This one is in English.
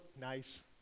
nice